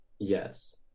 yes